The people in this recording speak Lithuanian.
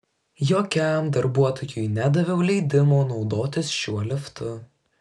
jokiam darbuotojui nedaviau leidimo naudotis šiuo liftu